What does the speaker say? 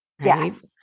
Yes